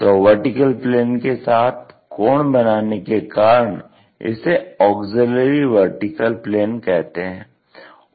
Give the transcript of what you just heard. तो vertical plane के साथ कोण बनाने के कारण इसे ऑग्ज़िल्यरी वर्टीकल प्लेन कहते हैं